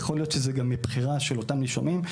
יכול להיות שזה מבחירה של אותם נישומים,